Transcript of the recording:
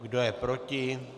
Kdo je proti?